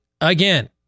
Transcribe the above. again